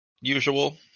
usual